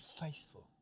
faithful